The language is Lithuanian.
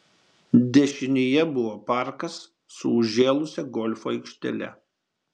dešinėje buvo parkas su užžėlusia golfo aikštele